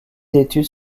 études